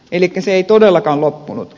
elikkä se ei todellakaan loppunut